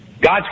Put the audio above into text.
God's